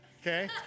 okay